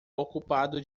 ocupado